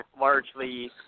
largely